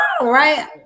right